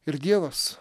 ir dievas